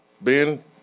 Ben